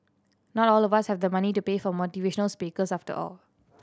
not all of us have the money to pay for motivational speakers after all